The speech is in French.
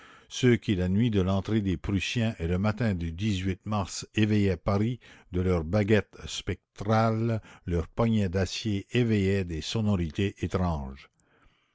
ceux qui la nuit de l'entrée des prussiens et le matin du mars éveillaient paris de leurs baguettes spectrales leurs poignets d'acier éveillaient des sonorités étranges